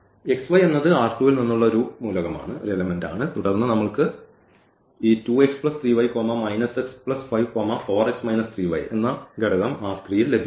ഇത് ൽ നിന്നുള്ള ഒരു മൂലകമാണ് തുടർന്ന് നമ്മൾക്ക് ഈ ഘടകം ൽ ലഭിക്കുന്നു